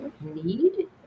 need